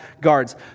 guards